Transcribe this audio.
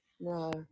No